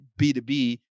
B2B